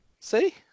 See